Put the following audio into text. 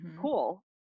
cool